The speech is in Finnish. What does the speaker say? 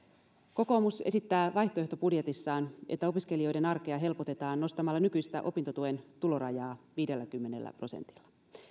kokoomus esittää vaihtoehtobudjetissaan että opiskelijoiden arkea helpotetaan nostamalla nykyistä opintotuen tulorajaa viidelläkymmenellä prosentilla